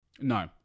no